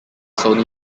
sony